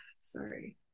Sorry